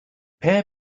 pair